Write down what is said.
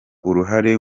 uruhare